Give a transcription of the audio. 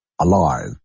alive